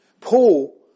Paul